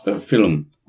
film